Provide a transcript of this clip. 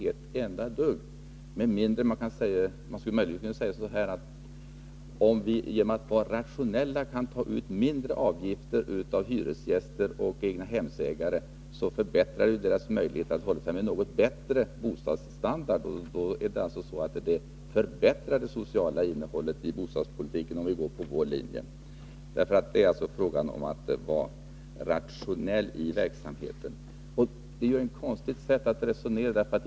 Man skulle möjligen kunna säga, att om vi genom att vara rationella kan ta ut mindre avgifter av hyresgäster och egnahemsägare så förbättrar vi deras möjligheter att hålla sig med en något bättre bostadsstandard. Man förbättrar det sociala innehållet i bostadspolitiken om man går på vår linje, därför att det är fråga om att vara rationell i verksamheten. Socialdemokraterna har ett konstigt sätt att resonera.